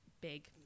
big